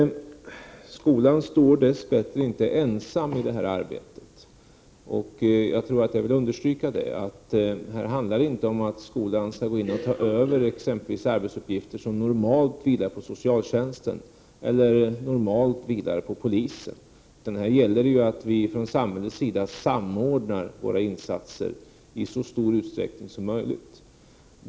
Skolan står dess bättre inte ensam i detta arbete. Jag vill understryka att det här inte handlar om att skolan skall gå in och ta över exempelvis arbetsuppgifter som normalt vilar på socialtjänsten eller polisen. Här gäller det att vi från samhällets sida samordnar våra insatser i så stor utsträckning som möjligt.